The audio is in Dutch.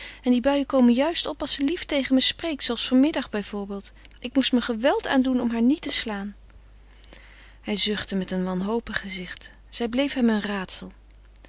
en die buien komen juist op als ze lief tegen me spreekt zooals van middag bijvoorbeeld ik moest me geweld aandoen om haar niet te slaan hij zuchtte met een wanhopig gezicht zij bleef hem een raadsel